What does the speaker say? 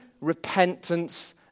repentance